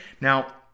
now